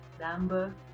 number